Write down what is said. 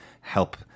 help